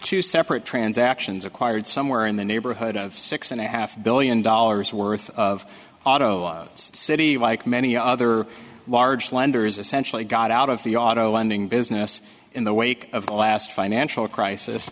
two separate transactions acquired somewhere in the neighborhood of six and a half billion dollars worth of auto loans city like many other large lenders essentially got out of the auto lending business in the wake of the last financial crisis